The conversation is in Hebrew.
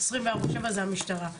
זה המשטרה,